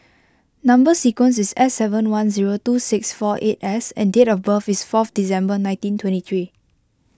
Number Sequence is S seven one zero two six four eight S and date of birth is fourth December nineteen twenty three